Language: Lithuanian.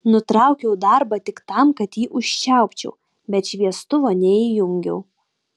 nutraukiau darbą tik tam kad jį užčiaupčiau bet šviestuvo neįjungiau